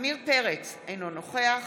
עמיר פרץ, אינו נוכח